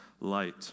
light